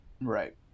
Right